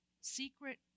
Secret